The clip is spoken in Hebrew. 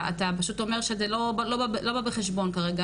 אתה פשוט אומר שזה לא בא בחשבון כרגע,